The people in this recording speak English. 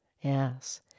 Yes